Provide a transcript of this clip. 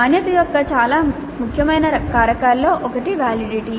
నాణ్యత యొక్క చాలా ముఖ్యమైన కారకాలలో ఒకటి వాలిడిటీ